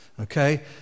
Okay